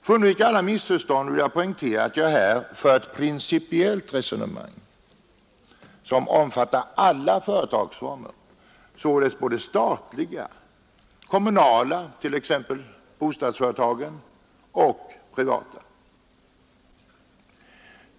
För att undvika alla missförstånd vill jag poängtera att jag här för ett principiellt resonemang, som omfattar alla företagsformer: statliga, kommunala — t.ex. bostadsföretag — och privata.